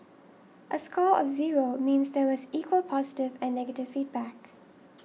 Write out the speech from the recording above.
a score of zero means there was equal positive and negative feedback